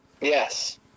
Yes